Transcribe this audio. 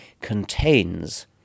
contains